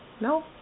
No